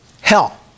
hell